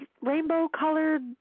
rainbow-colored